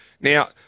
Now